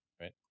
Right